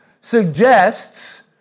suggests